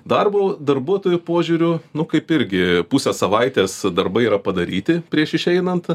darbo darbuotojų požiūriu nu kaip irgi pusę savaitės darbai yra padaryti prieš išeinant